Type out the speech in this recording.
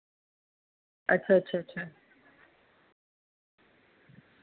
अच्छा अच्छा अच्छा